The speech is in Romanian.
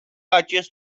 acest